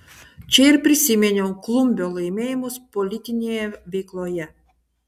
čia ir prisiminiau klumbio laimėjimus politinėje veikloje